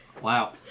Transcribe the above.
wow